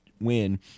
win